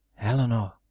Eleanor